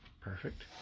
perfect